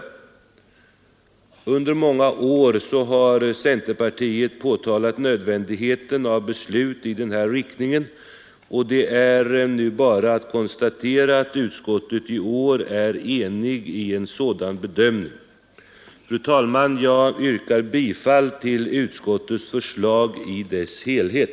Under många år har centerpartiet påtalat nödvändigheten av beslut i denna riktning, och det är nu bara att konstatera att utskottet i år står enigt bakom dessa bedömningar. Fru talman! Jag yrkar bifall till utskottets förslag i dess helhet.